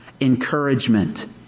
Encouragement